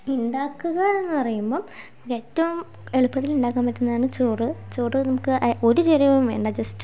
ഉ ഉണ്ടാക്കുക എന്ന് പറയുമ്പം ഏറ്റവും എളുപ്പത്തിൽ ഉണ്ടാക്കാൻ പറ്റുന്നതാണ് ചോറ് ചോറ് നമുക്ക് ഒരു ചേരുവയും വേണ്ട ജസ്റ്റ്